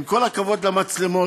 עם כל הכבוד למצלמות,